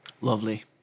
Lovely